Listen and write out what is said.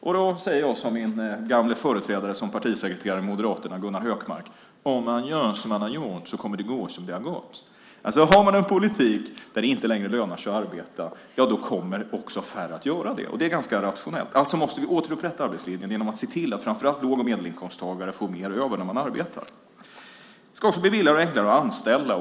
Då säger jag som min gamle företrädare som partisekreterare i Moderaterna, Gunnar Hökmark: Om man gör som man har gjort så kommer det att gå som det har gått. Har man en politik där det inte längre lönar sig att arbeta kommer också färre att göra det. Det är ganska rationellt. Alltså måste vi återupprätta arbetslinjen genom att se till att framför allt låg och medelinkomsttagare får mer över när de arbetar. Det ska också bli billigare och enklare att anställa.